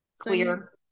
Clear